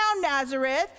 nazareth